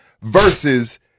versus